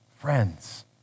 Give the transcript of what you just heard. Friends